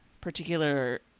particular